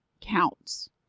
counts